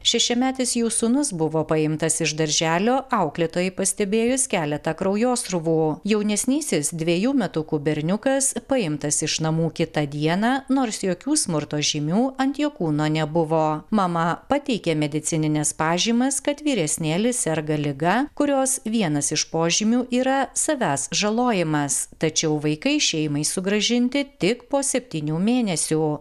šešiametis jų sūnus buvo paimtas iš darželio auklėtojai pastebėjus keletą kraujosruvų jaunesnysis dvejų metukų berniukas paimtas iš namų kitą dieną nors jokių smurto žymių ant jo kūno nebuvo mama pateikė medicinines pažymas kad vyresnėlis serga liga kurios vienas iš požymių yra savęs žalojimas tačiau vaikai šeimai sugrąžinti tik po septynių mėnesių